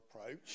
approach